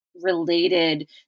related